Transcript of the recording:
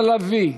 עליזה לביא,